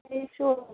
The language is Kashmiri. ٹھیٖک چھِو